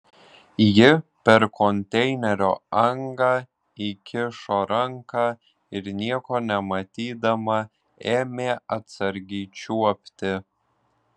ji per konteinerio angą įkišo ranką ir nieko nematydama ėmė atsargiai čiuopti